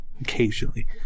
Occasionally